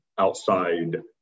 outside